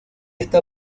está